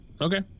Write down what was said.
Okay